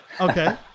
Okay